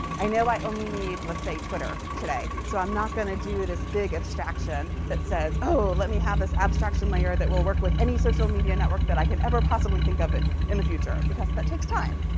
i know i only need, say, twitter today, so i'm not going to do this big abstraction that says, oh, let me have this abstraction layer that will work with any social media network that i could ever possibly think of it in the future, because that takes time.